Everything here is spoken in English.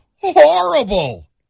horrible